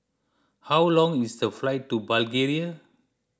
how long is the flight to Bulgaria